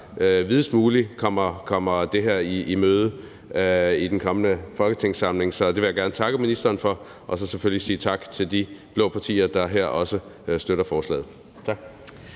videst muligt kommer det her i møde i den kommende folketingssamling. Så det vil jeg gerne takke ministeren for og så selvfølgelig sige tak til de blå partier, der også støtter forslaget